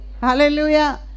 Hallelujah